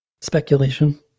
Speculation